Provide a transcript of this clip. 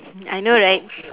I know right